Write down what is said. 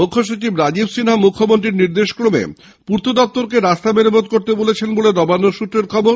মুখ্যসচিব রাজীব সিনহা মুখ্যমন্ত্রীর নির্দেশে পূর্ত দফতরকে রাস্তা মেরামত করতে বলেছেন বলে নবান্ন সৃত্রের খবর